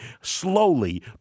slowly